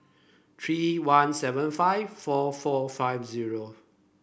three one seven five four four five zero